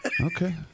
Okay